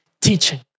teaching